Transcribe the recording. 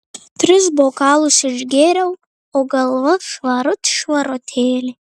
tris bokalus išgėriau o galva švarut švarutėlė